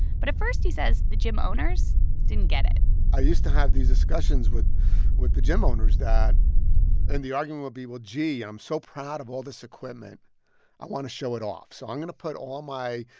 but at first, he says, the gym owners didn't get it i used to have these discussions with the gym owners that and the argument would be well, gee, i'm so proud of all this equipment i want to show it off. so i'm going to put all my,